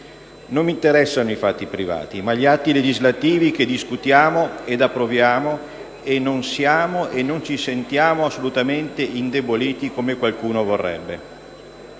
Non mi interessano i fatti privati, ma gli atti legislativi che si discutono e si approvano per cui non siamo e non ci sentiamo assolutamente indeboliti come qualcuno vorrebbe.